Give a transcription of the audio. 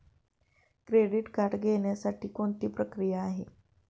Credit card घेण्यासाठी कोणती प्रक्रिया आहे?